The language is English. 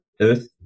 earth